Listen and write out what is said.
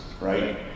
right